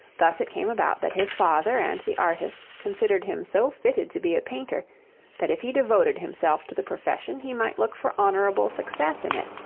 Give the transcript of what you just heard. thus it came about that his father and the artists considered him so fitted to be a painter that if he devoted himself to the profession he might look for honourable success in it,